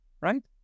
Right